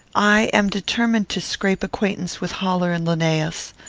i am determined to scrape acquaintance with haller and linnaeus.